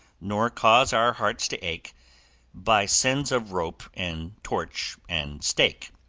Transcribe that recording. nor cause our hearts to ache by sins of rope and torch and stake.